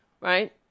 right